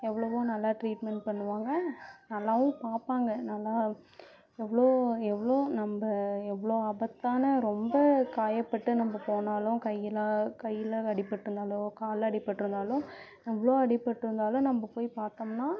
எவ்வளவோ நல்லா ட்ரீட்மெண்ட் பண்ணுவாங்க நல்லாவும் பார்ப்பாங்க நல்லா எவ்வளோ எவ்வளோ நம்ம எவ்வளோ ஆபத்தான ரொம்ப காயப்பட்டு நம்ம போனாலும் கையெல்லாம் கையில் அடிப்பட்டிருந்தாலோ காலில் அடிப்பட்டிருந்தாலோ எவ்வளோ அடிபட்டிருந்தாலும் நம்ம போய் பார்த்தோம்னா